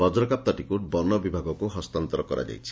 ବଜ୍ରକାପ୍ତାଟିକୁ ବନବିଭାଗକୁ ହସ୍ତାନ୍ତର କରାଯାଇଛି